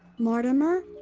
mortimer?